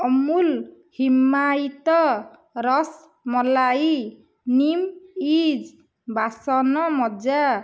ଅମୁଲ୍ ହିମାୟିତ ରସମଲାଇ ନିମ୍ ଇଜ୍ ବାସନ ମଜା